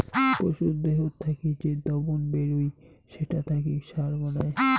পশুর দেহত থাকি যে দবন বেরুই সেটা থাকি সার বানায়